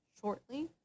shortly